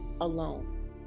alone